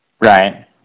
Right